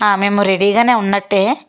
మేము రెడీగానే ఉన్నట్టే